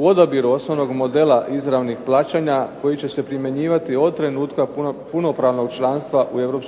U odabiru osnovnog modela izravnih plaćanja koji će se primjenjivati od trenutka punopravnog članstva u EU